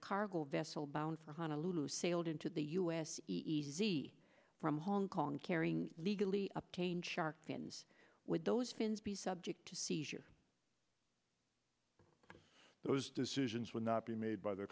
cargo vessel bound for honolulu sailed into the u s easy from hong kong carrying legally obtained shark fins with those fins be subject to seizure those decisions would not be made by the